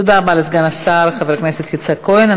תודה רבה לסגן השר חבר הכנסת יצחק כהן.